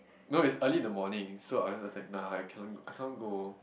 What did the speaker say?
no it's early in the morning so I was I was like nah I can't I can't go